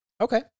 Okay